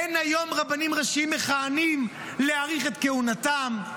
אין היום רבנים ראשיים מכהנים להאריך את כהונתם.